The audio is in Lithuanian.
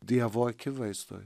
dievo akivaizdoj